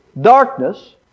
darkness